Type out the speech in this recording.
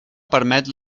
permet